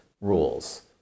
rules